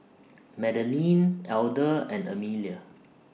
Madeleine Elder and Emelia